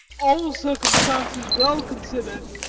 all circumstances well considered.